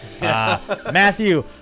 Matthew